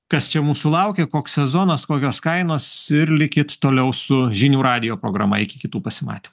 kas čia mūsų laukia koks sezonas kokios kainos ir likit toliau su žinių radijo programa iki kitų pasimat